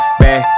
bad